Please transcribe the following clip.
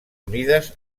unides